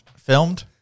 Filmed